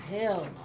hell